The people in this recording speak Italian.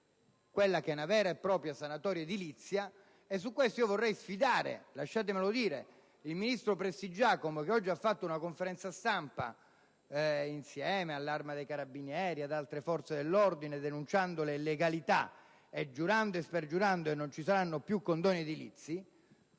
proporrete una vera e propria sanatoria edilizia. In questo senso vorrei sfidare la ministro Prestigiacomo, che ha fatto una conferenza stampa insieme all'Arma dei carabinieri e ad altre forze dell'ordine denunciando le illegalità e giurando e spergiurando che non vi saranno più condoni edilizi,